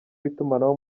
w’itumanaho